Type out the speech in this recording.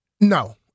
No